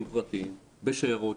פרטיים בשיירות.